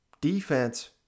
defense